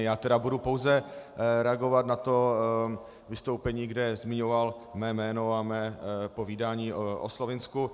Já tedy budu pouze reagovat na to vystoupení, kde zmiňoval mé jméno a mé povídání o Slovinsku.